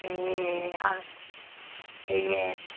ए अँ ए